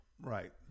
Right